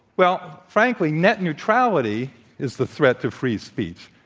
well, frankly, net neutrality is the threat to free speech.